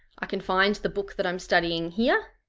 i can find the book that i'm studying here